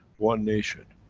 one nation,